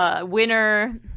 Winner